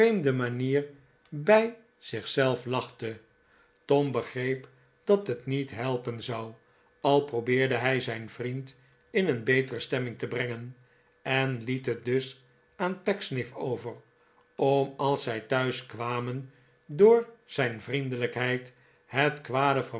manier bij zich zelf lachte tom begreep dat het niet helpen zou al probeerde hij zijn vriend in een betere stemming te brengen en liet het dus aan pecksniff over om als zij thuis kwamen door zijn vriend el ijkheid het kwade